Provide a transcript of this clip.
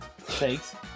thanks